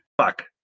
Fuck